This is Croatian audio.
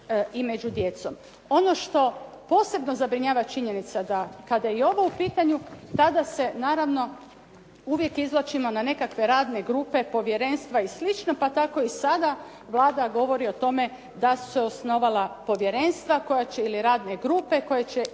i među djecom. Ono što posebno zabrinjava činjenica da kada je ovo u pitanju, tada se naravno uvijek izvlačimo na nekakve radne grupe, povjerenstva i slično, pa tako i sada Vlada govori o tome da su se osnovala povjerenstva ili radne grupe koje će